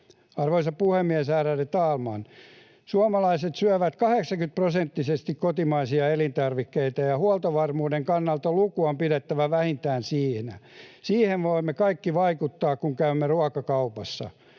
Arvoisa puhemies, ärade talman! Suomalaiset syövät 80‑prosenttisesti kotimaisia elintarvikkeita, ja huoltovarmuuden kannalta luku on pidettävä vähintään siinä. Siihen voimme kaikki vaikuttaa, kun käymme ruokakaupassa.